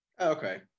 Okay